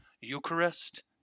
Eucharist